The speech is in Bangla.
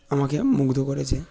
আমাকে মুগ্ধ করেছে